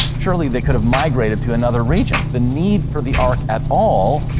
surely, they could have migrated to another region. the need for the ark at all,